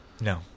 No